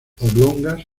oblongas